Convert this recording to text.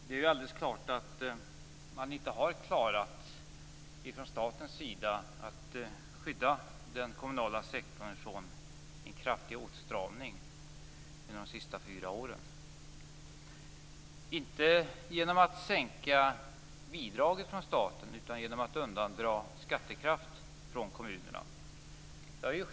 Fru talman! Det är ju alldeles klart att man från statens sida inte har klarat att skydda den kommunala sektorn från en kraftig åtstramning under de senaste fyra åren. Åstramningen har skett, inte genom att man från staten har sänkt bidragen utan genom att man har undandragit skattekraft från kommunerna.